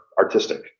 artistic